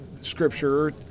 scripture